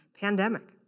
pandemic